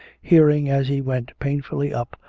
hearing, as he went painfully up,